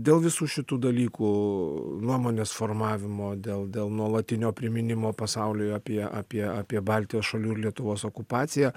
dėl visų šitų dalykų nuomonės formavimo dėl dėl nuolatinio priminimo pasauliui apie apie apie baltijos šalių ir lietuvos okupaciją